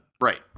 Right